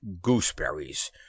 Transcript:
gooseberries